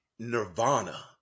nirvana